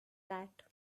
that